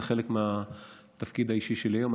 זה חלק מהתפקיד האישי שלי היום.